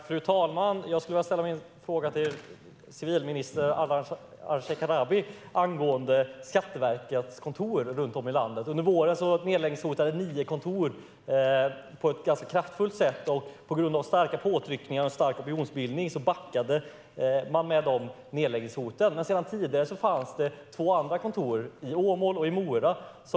Fru talman! Jag vill ställa en fråga till civilminister Ardalan Shekarabi angående Skatteverkets kontor runt om i landet. Under våren nedläggningshotades nio kontor på ett ganska kraftfullt sätt. På grund av starka påtryckningar och stark opinionsbildning backade man från nedläggningshoten. Men det fanns nedläggningsbeslut sedan tidigare för två andra kontor, i Åmål och i Mora.